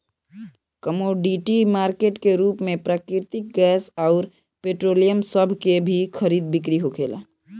commodity market के रूप में प्राकृतिक गैस अउर पेट्रोलियम सभ के भी खरीद बिक्री होखेला